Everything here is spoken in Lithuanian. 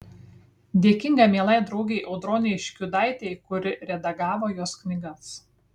dėkinga mielai draugei audronei škiudaitei kuri redagavo jos knygas